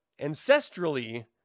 ancestrally